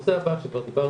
הנושא הבא שכבר דיברנו,